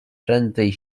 prędzej